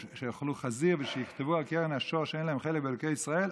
שיאכלו חזיר ושיכתבו על קרן השור שאין להם חלק באלוקי ישראל,